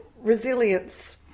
Resilience